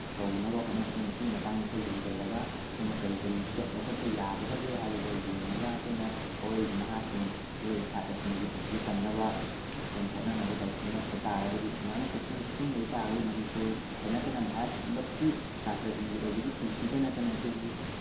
ꯇꯧꯅꯕ ꯍꯣꯠꯅꯁꯤ ꯃꯁꯤꯒꯤ ꯃꯇꯥꯡꯗ ꯈꯔ ꯌꯦꯡꯁꯤꯜꯂꯒ ꯑꯩꯈꯣꯏꯅ ꯀꯔꯤ ꯀꯔꯤ ꯏꯁꯇꯦꯞ ꯂꯧꯈꯠꯄ ꯌꯥꯒꯗꯒꯦ ꯍꯥꯏꯕꯗꯨ ꯌꯦꯡꯉꯒ ꯑꯩꯈꯣꯏꯅ ꯍꯧꯔꯛꯏꯕ ꯅꯍꯥꯁꯤꯡ ꯍꯧꯔꯛꯏꯕ ꯁꯥꯇ꯭ꯔꯁꯤꯡꯒꯤ ꯄꯨꯟꯁꯤ ꯀꯟꯅꯕ ꯑꯩꯈꯣꯏꯅ ꯍꯣꯠꯅꯅꯕ ꯇꯧꯁꯤ ꯅꯠꯇ ꯇꯥꯔꯒꯗꯤ ꯁꯨꯃꯥꯏꯅ ꯁꯤꯁꯇꯦꯝꯁꯦ ꯁꯨꯝ ꯂꯩ ꯇꯥꯔꯒꯗꯤ ꯃꯅꯤꯄꯨꯔꯇ ꯅꯠꯇꯅ ꯚꯥꯔꯠ ꯄꯨꯂꯞꯀꯤ ꯁꯥꯇ꯭ꯔꯁꯤꯡꯒꯤ ꯑꯣꯏꯕꯒꯤ ꯄꯨꯟꯁꯤꯗ ꯅꯠꯇꯅ ꯑꯩꯈꯣꯏꯒꯤ